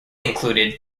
included